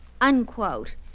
unquote